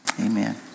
Amen